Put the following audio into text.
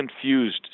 confused